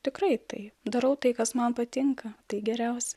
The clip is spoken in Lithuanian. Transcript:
tikrai taip darau tai kas man patinka tai geriausia